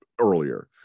earlier